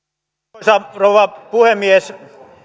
arvoisa rouva puhemies